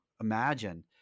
imagine